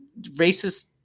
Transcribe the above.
racist